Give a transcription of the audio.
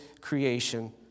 creation